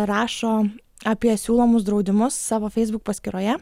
rašo apie siūlomus draudimus savo facebook paskyroje